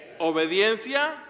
Obediencia